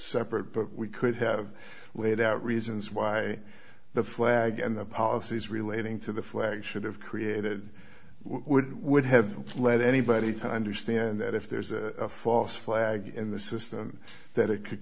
separate but we could have laid out reasons why the flag and the policies relating to the flag should have created would would have led anybody time to stand that if there's a false flag in the system that it could